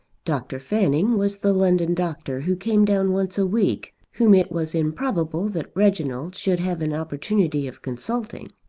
dr. fanning was the london doctor who came down once a week, whom it was improbable that reginald should have an opportunity of consulting.